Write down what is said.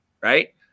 Right